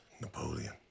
Napoleon